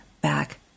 back